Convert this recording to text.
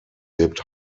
lebt